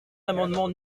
l’amendement